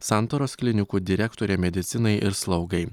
santaros klinikų direktorė medicinai ir slaugai